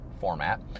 format